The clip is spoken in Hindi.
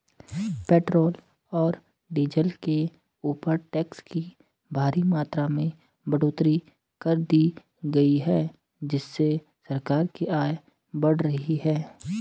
पेट्रोल और डीजल के ऊपर टैक्स की भारी मात्रा में बढ़ोतरी कर दी गई है जिससे सरकार की आय बढ़ रही है